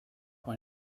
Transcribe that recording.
when